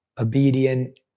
Obedient